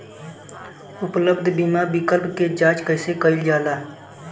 उपलब्ध बीमा विकल्प क जांच कैसे कइल जाला?